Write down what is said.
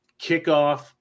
kickoff